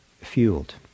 fueled